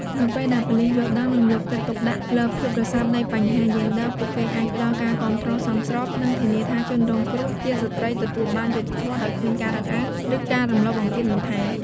នៅពេលដែលប៉ូលិសយល់ដឹង និងយកចិត្តទុកដាក់លើភាពរសើបនៃបញ្ហាយេនឌ័រ ពួកគេអាចផ្តល់ការគាំទ្រសមស្រប និងធានាថាជនរងគ្រោះជាស្ត្រីទទួលបានយុត្តិធម៌ដោយគ្មានការរើសអើង ឬការរំលោភបំពានបន្ថែម។